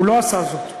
הוא לא עשה זאת.